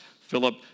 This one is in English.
Philip